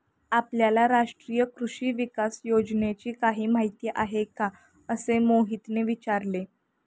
आपल्याला राष्ट्रीय कृषी विकास योजनेची काही माहिती आहे का असे मोहितने विचारले?